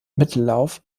mittellauf